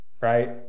right